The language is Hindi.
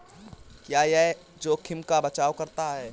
क्या यह जोखिम का बचाओ करता है?